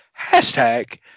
hashtag